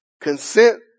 consent